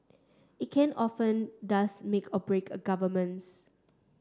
it can often does make or break governments